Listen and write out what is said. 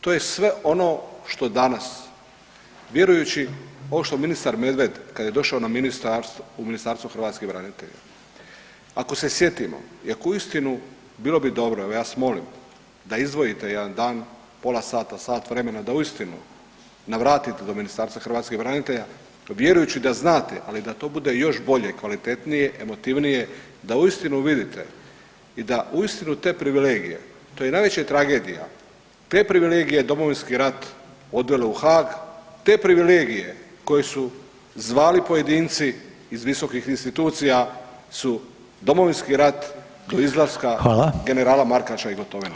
To je sve ono što danas vjerujući ovo što ministar Medved kada je došao u Ministarstvo hrvatskih branitelja, ako se sjetimo i ako u istinu bilo bi dobro, evo ja vas molim da izdvojite jedan dan, pola sata, sat vremena da uistinu navratite do Ministarstva hrvatskih branitelja vjerujući da znate ali da to bude još bolje, kvalitetnije, emotivniji da uistinu vidite i da uistinu te privilegije, to je najveća tragedija Domovinski rat odvelo u Haag, te privilegije koje su zvali pojedinci iz visokih institucija su Domovinski rat do izlaska generala Markača i Gotovine.